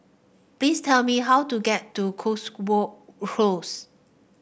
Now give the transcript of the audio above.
please tell me how to get to Cotswold Close